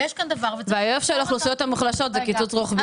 ויש כאן דבר וצריך --- והאויב של האוכלוסיות המוחלשות זה קיצוץ רוחבי,